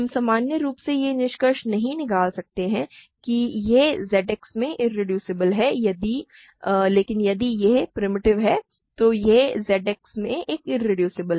हम सामान्य रूप से यह निष्कर्ष नहीं निकाल सकते हैं कि यह ZX में इरेड्यूसिबल है लेकिन यदि यह प्रिमिटिव है तो यह है Z X में एक इरेड्यूसिबल